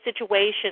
situation